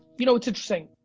you know, it's interesting.